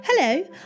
Hello